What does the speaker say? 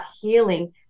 healing